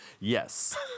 Yes